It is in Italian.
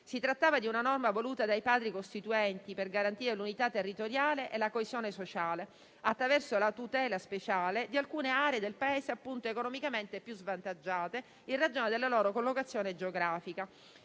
Si trattava di una norma voluta dai Padri costituenti per garantire l'unità territoriale e la coesione sociale, attraverso la tutela speciale di alcune aree del Paese economicamente più svantaggiate in ragione della loro collocazione geografica.